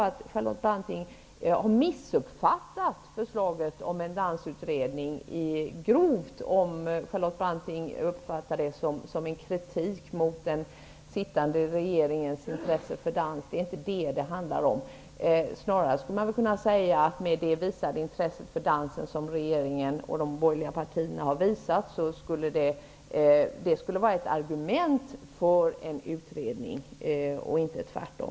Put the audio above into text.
Om Charlotte Branting uppfattar förslaget om en dansutredning som en kritik mot den sittande regeringens intresse för dans har hon grovt missuppfattat det. Det är inte det som ligger bakom förslaget. Man skulle snarare kunna säga att det intresse för dansen som regeringen har visat skulle vara ett argument för en utredning och inte tvärtom.